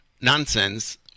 nonsense